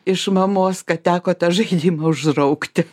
iš mamos kad teko tą žaidimą užraukti